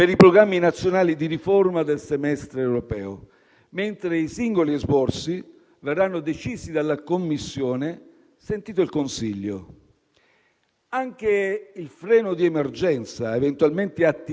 Anche il freno di emergenza eventualmente attivabile presso il Consiglio europeo avrà una durata massima di tre mesi e non potrà prevedere un diritto di veto.